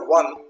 one